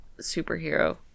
superhero